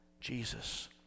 Jesus